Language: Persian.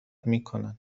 میکنند